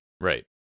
Right